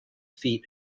feet